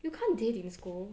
you can't do it in school